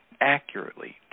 accurately